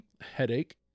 headache